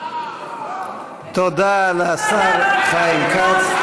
תודה לשר חיים כץ.